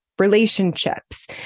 relationships